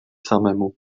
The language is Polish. samemu